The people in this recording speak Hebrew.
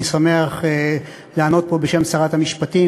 אני שמח לענות פה בשם שרת המשפטים,